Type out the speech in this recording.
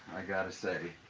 i gotta say,